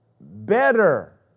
better